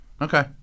Okay